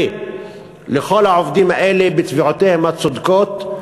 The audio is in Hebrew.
לכל העובדים האלה בתביעותיהם הצודקות,